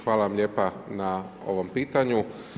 Hvala vam lijepa na ovom pitanju.